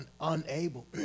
unable